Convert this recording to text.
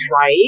Right